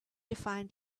find